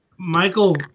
Michael